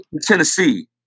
Tennessee